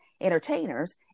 entertainers